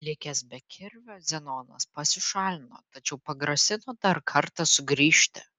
likęs be kirvio zenonas pasišalino tačiau pagrasino dar kartą sugrįžti